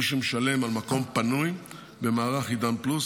מי שמשלם על מקום פנוי במערך עידן פלוס